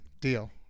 deal